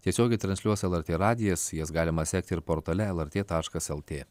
tiesiogiai transliuos lrt radijas jas galima sekti ir portale lrt taškas lt